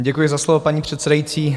Děkuji za slovo, paní předsedající.